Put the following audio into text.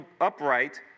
upright